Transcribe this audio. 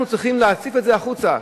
אנחנו צריכים להציף את זה החוצה,